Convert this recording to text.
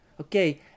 Okay